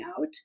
out